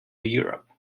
europe